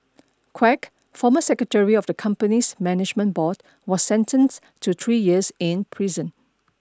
Quek former secretary of the company's management board was sentenced to three years in prison